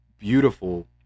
beautiful